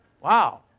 Wow